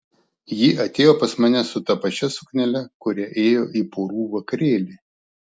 ji atėjo pas mane su ta pačia suknele kuria ėjo į porų vakarėlį